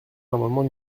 l’amendement